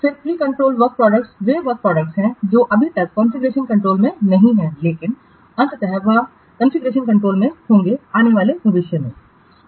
फिर प्रिं controlled work products वे वर्क प्रोडक्टस हैं जो अभी तक कॉन्फ़िगरेशन कंट्रोल में नहीं हैं लेकिन अंततः वे कॉन्फ़िगरेशन कंट्रोल में होंगे निकट भविष्य में हो सकते हैं